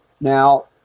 Now